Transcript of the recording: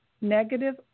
negative